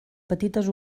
petites